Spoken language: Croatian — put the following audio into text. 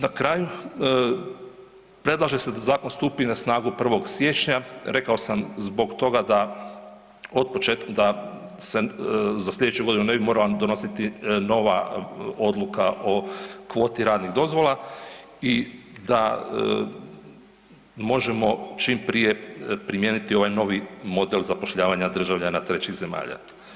Na kraju, predlaže se da zakon stupi na snagu 1. siječnja, rekao sam zbog toga da otpočetka, da se za slijedeću godinu ne bi morala donositi nova odluka o kvoti radnih dozvola i da možemo čim prije primijeniti ovaj novi model zapošljavanja državljana trećih zemalja.